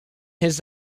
his